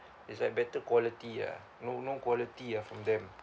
it's like better quality ah no no quality ah from them